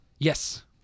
Yes